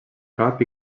cap